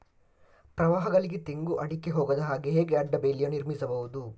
ಪ್ರವಾಹಗಳಿಗೆ ತೆಂಗು, ಅಡಿಕೆ ಹೋಗದ ಹಾಗೆ ಹೇಗೆ ಅಡ್ಡ ಬೇಲಿಯನ್ನು ನಿರ್ಮಿಸಬಹುದು?